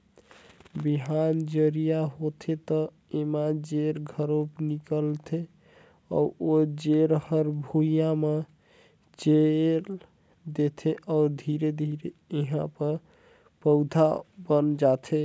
बिहान जरिया होथे त एमा जेर घलो निकलथे अउ ओ जेर हर भुइंया म चयेल देथे अउ धीरे धीरे एहा प पउधा बन जाथे